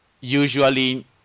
Usually